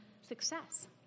success